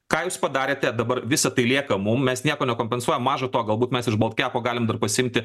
ką jūs padarėte dabar visa tai lieka mum mes nieko nekompensuojam maža to galbūt mes iš boltkepo galim dar pasiimti